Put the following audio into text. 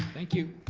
thank you.